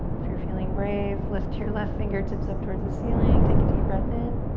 if you're feeling brave, lift your left fingertips up towards the ceiling. take a deep breath in.